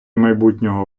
майбутнього